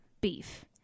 beef